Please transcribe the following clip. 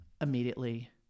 immediately